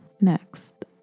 Next